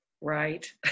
right